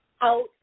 out